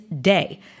day